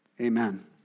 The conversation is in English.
amen